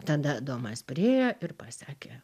tada adomas priėjo ir pasakė